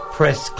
Press